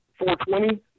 420